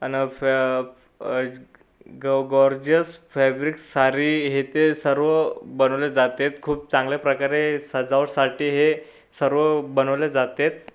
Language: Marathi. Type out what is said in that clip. आणि ग गॉर्जियस फॅब्रिक सारी हे ते सर्व बनवले जातेत खूप चांगल्या प्रकारे सजावटसाठी हे सर्व बनवले जातेत